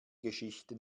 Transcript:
geschichten